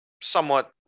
somewhat